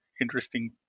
interesting